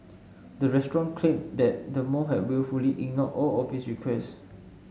the restaurant claimed that the mall have wilfully ignored all of its requests